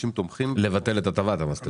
לבטל את הטבת המס.